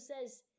says